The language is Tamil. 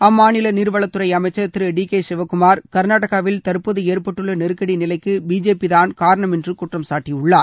அம்மாநில நீர்வளத்துறை அமைச்சர் திரு டி கே சிவக்குமார் கர்நாடகாவில் தற்போது ஏற்பட்டுள்ள நெருக்கடி நிலைக்கு பிஜேபிதான் காரணம் என்று குற்றம்சாட்டியுள்ளார்